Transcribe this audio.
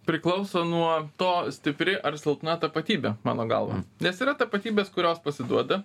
priklauso nuo to stipri ar silpna tapatybė mano galva nes yra tapatybės kurios pasiduoda